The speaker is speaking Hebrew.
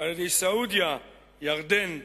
על-ידי סעודיה, ירדן,